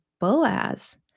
Boaz